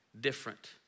different